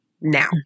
now